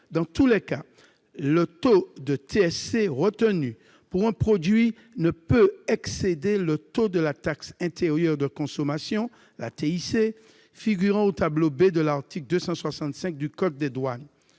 Dans tous les cas, le taux de TSC retenu pour un produit ne peut excéder le taux de la taxe intérieure de consommation, la TIC, figurant au tableau B de l'article 265 du code des douanes.